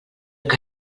que